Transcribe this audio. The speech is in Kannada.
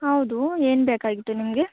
ಹೌದು ಏನು ಬೇಕಾಗಿತ್ತು ನಿಮಗೆ